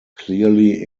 clearly